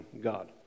God